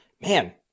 Man